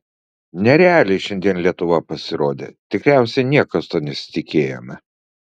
nerealiai šiandien lietuva pasirodė tikriausiai niekas to nesitikėjome